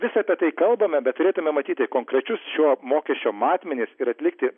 vis apie tai kalbame bet turėtume matyti konkrečius šio mokesčio matmenis ir atlikti